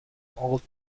old